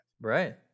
Right